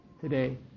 today